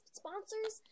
sponsors